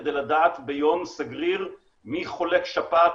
כדי לדעת ביום סגריר מי חולה שפעת,